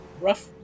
Rough